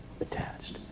attached